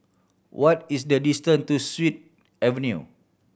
what is the distant to Sut Avenue